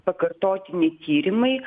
pakartotiniai tyrimai